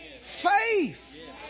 faith